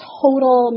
total